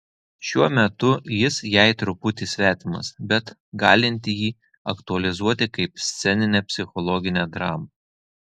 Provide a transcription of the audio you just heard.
šiuo metu jis jai truputį svetimas bet galinti jį aktualizuoti kaip sceninę psichologinę dramą